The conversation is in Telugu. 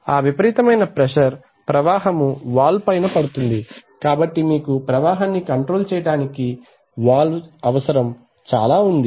ఆ విపరీతమైన ప్రెషర్ ప్రవాహము వాల్వ్ పైన పడుతుంది కాబట్టి మీకు ప్రవాహాన్ని కంట్రోల్ చేయడానికి వాల్వ్ అవసరము చాలా ఉంది